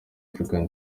african